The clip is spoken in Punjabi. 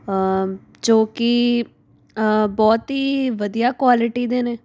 ਜੋ ਕਿ ਬਹੁਤ ਹੀ ਵਧੀਆ ਕੁਆਲਿਟੀ ਦੇ ਨੇ